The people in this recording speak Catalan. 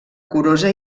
curosa